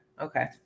Okay